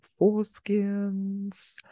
foreskins